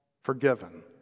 forgiven